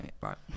Right